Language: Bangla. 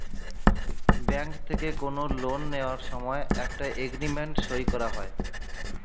ব্যাঙ্ক থেকে কোনো লোন নেওয়ার সময় একটা এগ্রিমেন্ট সই করা হয়